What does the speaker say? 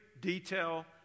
detail